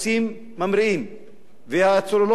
הצוללות מפליגות.